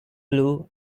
blue